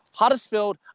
Huddersfield